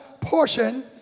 portion